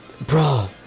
bro